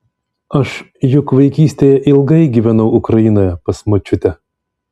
aš juk vaikystėje ilgai gyvenau ukrainoje pas močiutę